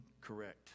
correct